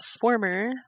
former